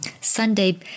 Sunday